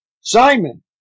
Simon